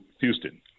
Houston